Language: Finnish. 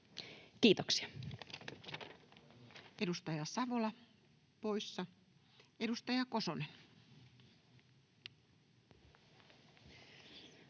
Kiitoksia.